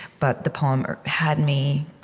but the poem had me